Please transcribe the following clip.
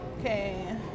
Okay